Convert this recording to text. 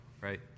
right